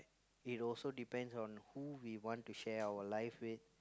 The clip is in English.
it also depends on who we want to share our life with